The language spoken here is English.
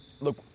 look